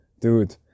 dude